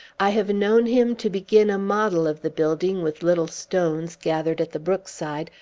i have known him to begin a model of the building with little stones, gathered at the brookside,